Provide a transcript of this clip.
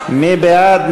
מי בעד?